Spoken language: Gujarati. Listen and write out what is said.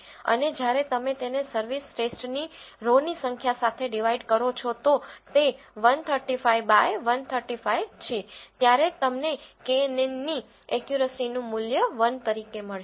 અને જ્યારે તમે તેને સર્વિસ ટેસ્ટની રો ની સંખ્યા સાથે ડીવાઇડ કરો છો તો તે 135 બાય 135 છે ત્યારે તમને કેએનએનની એકયુરસીનું મૂલ્ય 1 તરીકે મળશે